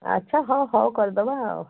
ଆଛା ହଉ କରିଦେବା ଆଉ